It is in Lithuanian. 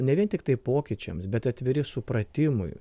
ne vien tiktai pokyčiams bet atviri supratimui